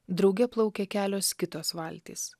drauge plaukė kelios kitos valtys